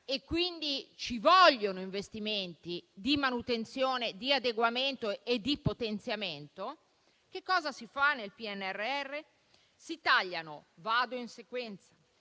e quindi ci vogliono investimenti di manutenzione, di adeguamento e di potenziamento, che cosa si fa nel PNRR? Si tagliano - vado in sequenza